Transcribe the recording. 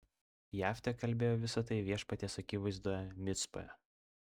jeftė kalbėjo visa tai viešpaties akivaizdoje micpoje